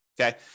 Okay